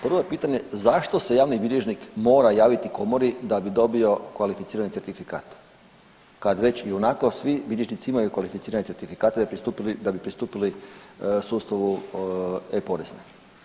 Prvo je pitanje zašto se javni bilježnik mora javiti komori da bi dobio kvalificirani certifikat kad već ionako svi bilježnici imaju kvalificirane certifikate da bi pristupili sustavu e-porezne?